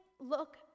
look